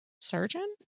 surgeon